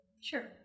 Sure